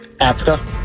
Africa